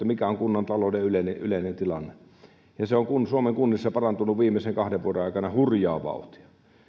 mikä on kunnan talouden yleinen tilanne se on suomen kunnissa parantunut viimeisen kahden vuoden aikana hurjaa vauhtia